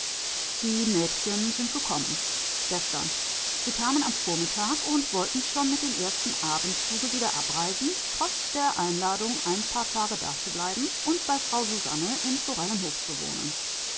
die mädchen sind gekommen gestern sie kamen am vormittag und wollten schon mit dem ersten abendzuge wieder abreisen trotz der einladung ein paar tage dazubleiben und bei frau susanne im forellenhof zu wohnen